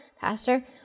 pastor